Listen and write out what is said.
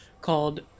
called